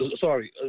sorry